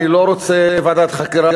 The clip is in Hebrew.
אני לא רוצה ועדת חקירה,